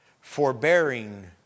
Forbearing